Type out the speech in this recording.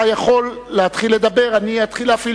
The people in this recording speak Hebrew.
אתה יכול להתחיל לדבר ואני אתחיל להפעיל